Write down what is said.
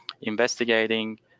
investigating